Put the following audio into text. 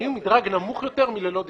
אם הוא מדרג נמוך יותר מ-ללא דיחוי.